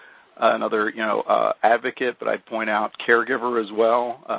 another you know advocate, but i'd point out, caregiver, as well,